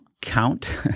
count